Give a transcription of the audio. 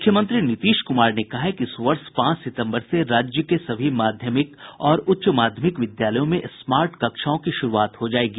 मुख्यमंत्री नीतीश कुमार ने कहा है कि इस वर्ष पांच सितम्बर से राज्य के सभी माध्यमिक और उच्च माध्यमिक विद्यालयों में स्मार्ट कक्षाओं की शुरूआत हो जायेगी